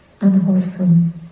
unwholesome